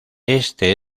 este